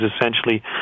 essentially